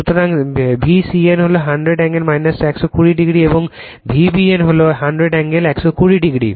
সুতরাং V CN হল 100 angle 120 এবং VBN 100 এ্যঙ্গেল 120 o